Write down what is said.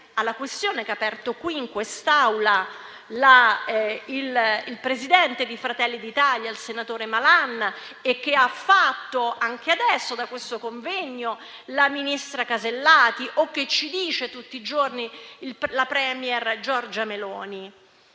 alla questione che ha aperto in quest'Aula il Presidente del Gruppo Fratelli d'Italia, il senatore Malan, e che ha fatto anche adesso, da questo convegno, la ministra Alberti Casellati o che ci dice tutti i giorni la *premier* Giorgia Meloni.